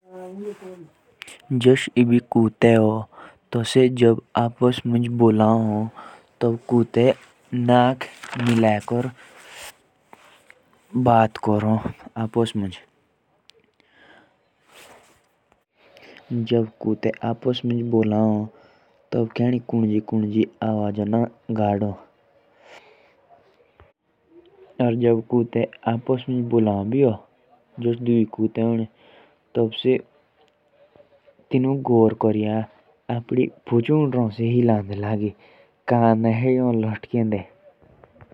जैसे कुत्ते होते हैं तो वो नाक से नाक मिलाकर बात करते हैं। जब वो आपस में बात करते हैं। तो वो पता नहीं कौन कौन सी आवाज़ें निकालते हैं।